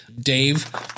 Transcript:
Dave